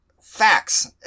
Facts